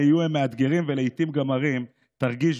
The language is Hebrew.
יהיו הם מאתגרים ולעיתים גם מרים / תרגיש,